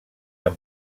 han